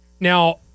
Now